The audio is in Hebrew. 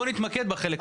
בוא נתמקד בחלק הראשון.